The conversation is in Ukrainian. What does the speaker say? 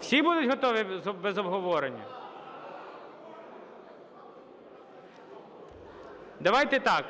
Всі будуть готові без обговорення? Давайте так: